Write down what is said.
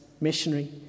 missionary